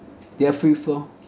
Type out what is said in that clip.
dear free flow